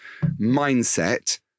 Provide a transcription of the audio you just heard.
mindset